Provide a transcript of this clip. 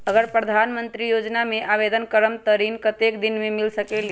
अगर प्रधानमंत्री योजना में आवेदन करम त ऋण कतेक दिन मे मिल सकेली?